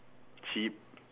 cheap